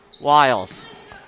Wiles